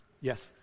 Yes